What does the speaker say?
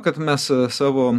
kad mes savo